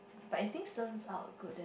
but if things turn out good